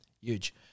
Huge